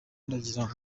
ndagira